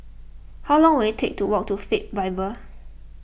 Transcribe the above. how long will it take to walk to Faith Bible